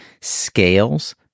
scales